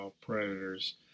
Predators